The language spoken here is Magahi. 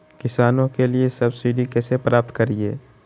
किसानों के लिए सब्सिडी कैसे प्राप्त करिये?